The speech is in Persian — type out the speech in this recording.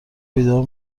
بیدار